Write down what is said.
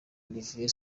olivier